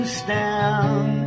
stand